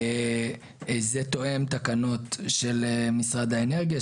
זה תואם תקנות של משרד האנרגיה,